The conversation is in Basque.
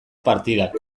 partidak